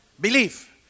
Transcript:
Belief